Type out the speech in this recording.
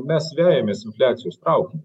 mes vejamės infliacijos traukinį